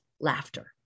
laughter